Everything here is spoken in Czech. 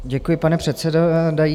Děkuji, pane předsedající.